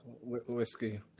whiskey